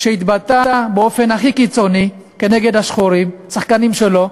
התבטא באופן הכי קיצוני נגד השחורים, שחקנים שלו.